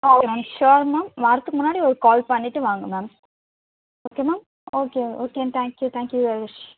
ஆ okay ma'am sure ma'am வரத்துக்கு முன்னாடி ஒரு கால் பண்ணிட்டு வாங்க ma'am okay ma'am okay okay thank you thank you your wish